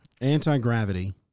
anti-gravity